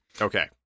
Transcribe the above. Okay